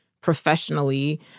professionally